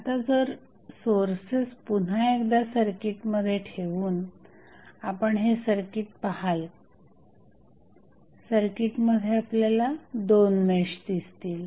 आता जर सोर्सेस पुन्हा एकदा सर्किटमध्ये ठेवून आपण हे सर्किट पहाल सर्किटमध्ये आपल्याला दोन मेश दिसतील